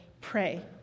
pray